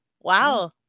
Wow